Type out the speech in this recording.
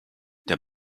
der